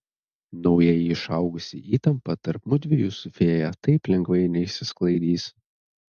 naujai išaugusi įtampa tarp mudviejų su fėja taip lengvai neišsisklaidys